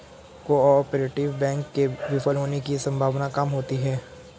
cooperative bank के विफल होने की सम्भावना काम होती है